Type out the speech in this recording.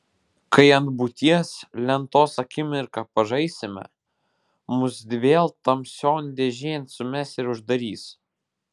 kai ant būties lentos akimirką pažaisime mus vėl tamsion dėžėn sumes ir uždarys